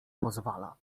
pozwala